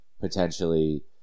potentially